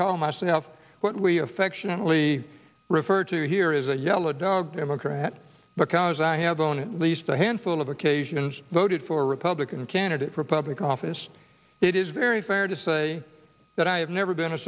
call myself what we affectionately refer to here is a yellow dog democrat because i have known least a handful of occasions voted for a republican candidate for public office it is very fair to say that i have never been a